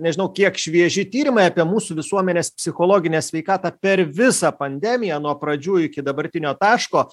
nežinau kiek švieži tyrimai apie mūsų visuomenės psichologinę sveikatą per visą pandemiją nuo pradžių iki dabartinio taško